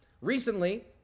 Recently